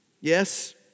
Yes